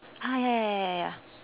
ah ya ya ya ya ya